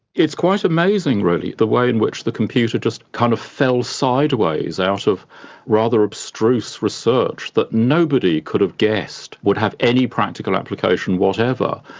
it's quite amazing really the way in which the computer just kind of fell sideways out of rather abstruse research that nobody could have guessed would have any practical application whatever,